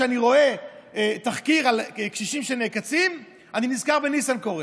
כשאני רואה תחקיר על קשישים שנעקצים אני נזכר בניסנקורן,